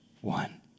one